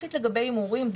ספציפית לגבי הימורים,